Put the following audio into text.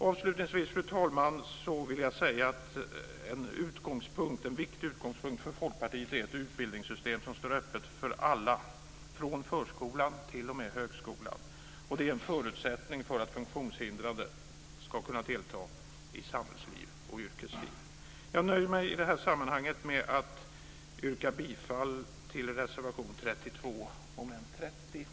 Avslutningsvis, fru talman, vill jag säga att en viktig utgångspunkt för Folkpartiet är ett utbildningssystem som står öppet för alla, från förskolan t.o.m. högskolan. Detta är en förutsättning för att funktionshindrade ska kunna delta i samhällsliv och yrkesliv. Jag nöjer mig i det här sammanhanget med att yrka bifall till reservation 32 under mom. 30.